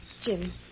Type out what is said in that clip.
Jim